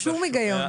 שום היגיון.